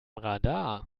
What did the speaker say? radar